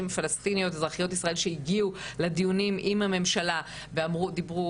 פלסטיניות אזרחיות ישראל שהגיעו לדיונים עם הממשלה ודיברו